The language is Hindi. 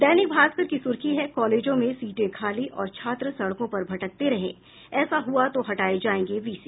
दैनिक भास्कर की सुर्खी है कालेजों में सीटें खाली और छात्र सड़कों पर भटकते रहें ऐसा हुआ तो हटाये जायेंगे वीसी